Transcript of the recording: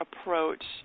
approach